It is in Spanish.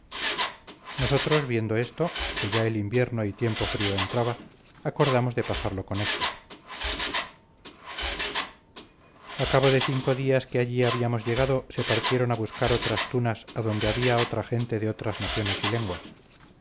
nosotros viendo esto que ya el invierno y tiempo frío entraba acordamos de pasarlo con éstos a cabo de cinco días que allí habíamos llegado se partieron a buscar otras tunas adonde había otra gente de otras naciones y lenguas